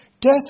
death